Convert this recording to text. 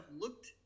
looked